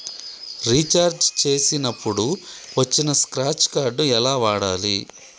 Recharge చేసినప్పుడు వచ్చిన scratch card ఎలా వాడాలి?